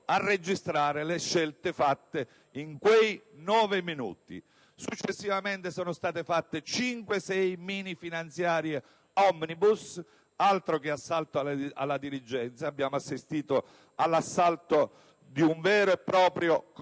a registrare le scelte fatte in quei nove minuti. Successivamente sono state fatte cinque o sei minifinanziarie *omnibus*. Altro che assalto alla diligenza, abbiamo assistito all'assalto ad un intero convoglio!